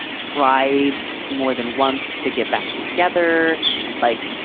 tried more than once to get back together like.